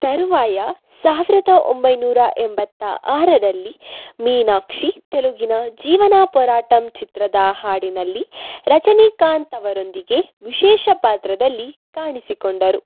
ತರುವಾಯ ಸಾವಿರದ ಒಂಬೈನೂರ ಎಂಬತ್ತಾರರಲ್ಲಿ ಮೀನಾಕ್ಷಿ ತೆಲುಗಿನ ಜೀವನ ಪೋರಾಟಮ್ ಚಿತ್ರದ ಹಾಡಿನಲ್ಲಿ ರಜನಿಕಾಂತ್ ಅವರೊಂದಿಗೆ ವಿಶೇಷ ಪಾತ್ರದಲ್ಲಿ ಕಾಣಿಸಿಕೊಂಡರು